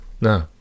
No